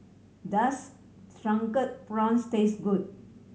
does Drunken Prawns taste good